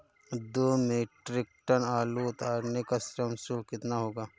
दो metric ton आलू उतारने का श्रम शुल्क कितना होगा?